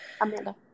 Amanda